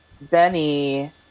Benny